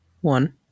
one